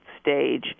stage